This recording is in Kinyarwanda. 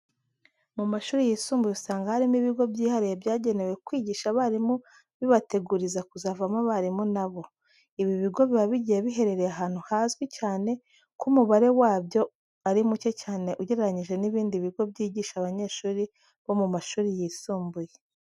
Mu mashuri yisumbuye usanga harimo ibigo byihariye byagenewe kwigisha abarimu bibateguriza kuzavamo abarimu na bo. Ibi bigo biba bigiye biherereye ahantu hazwi cyane ko umubare wabyo ari muke cyane ugereranyije n'ibindi bigo byigisha abanyeshuri bo mu mashuri yisumbuye.